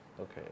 Okay